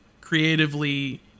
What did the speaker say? creatively